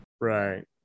Right